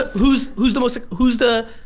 who's, who's the most who's the